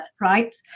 right